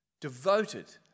devoted